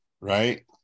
right